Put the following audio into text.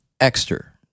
Exter